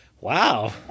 wow